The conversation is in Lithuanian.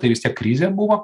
tai vis tiek krizė buvo